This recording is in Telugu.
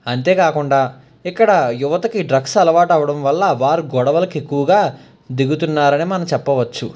అంతేకాకుండా ఇక్కడ యువతకి డ్రగ్స్ అలవాటు అవ్వడం వల్ల వారు గొడవలకి ఎక్కువగా దిగుతున్నారని మనం చెప్పవచ్చు